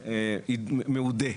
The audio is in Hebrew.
לזה, מאודה.